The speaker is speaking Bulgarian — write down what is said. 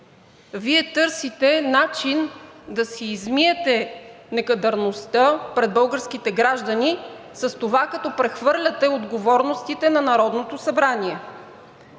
Вие търсите начин да си измиете некадърността пред българските граждани с това, като прехвърляте отговорностите на Народното събрание.